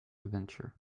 adventure